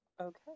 Okay